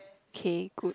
K good